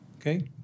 okay